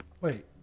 Wait